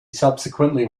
subsequently